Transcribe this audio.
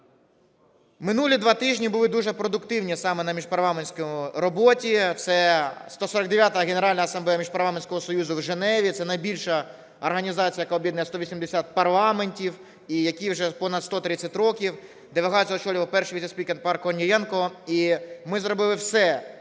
Минулі два тижні були дуже продуктивні саме на міжпарламентській роботі. Це 149-а Генеральна Асамблея Міжпарламентського союзу у Женеві. Це найбільша організація, яка об'єднує 180 парламентів і якій вже понад 130 років. Делегацію очолював перший віцеспікер пан Корнієнко. Ми зробили все